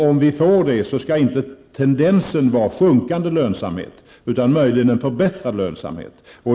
Om vi får det blir tendensen inte sjunkande lönsamhet utan möjligen en förbättrad lönsamhet.